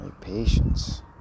patience